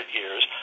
years